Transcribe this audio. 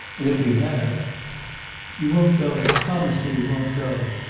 and if we have you won't go. promise me you won't go.